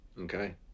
Okay